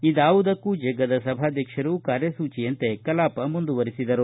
ಇದಾವುದಕ್ಕೂ ಜಗ್ಗದ ಸಭಾಧ್ಯಕ್ಷರು ಕಾರ್ಯಸೂಚಿಯಂತೆ ಕಲಾಪ ಮುಂದುವರೆಸಿದರು